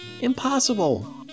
impossible